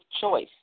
choice